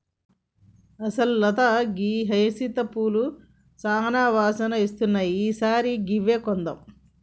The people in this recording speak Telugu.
అసలు లత గీ హైసింత పూలు సానా వాసన ఇస్తున్నాయి ఈ సారి గివ్వే కొందాం